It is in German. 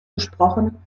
gesprochen